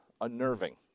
unnerving